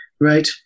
Right